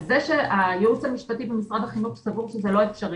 העובדה שהייעוץ המשפטי במשרד החינוך סבור שזה לא אפשרי,